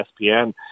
ESPN